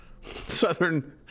southern